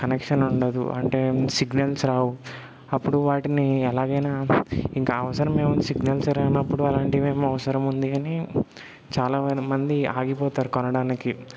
connection ఉండదు అంటే signals రావు అప్పుడు వాటిని ఎలాగైనా ఇంకా అవసరం ఏముంది సిగ్నల్సే రానప్పుడు అలాంటివి ఏం అవసరం ఉంది అని చాలావనమంది ఆగిపోతారు కొనడానికి